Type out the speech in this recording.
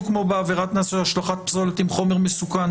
כמו בעבירת קנס של השלכת פסולת עם חומר מסוכן.